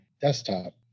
desktop